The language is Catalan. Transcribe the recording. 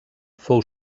fou